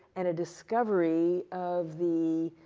and a discovery of the,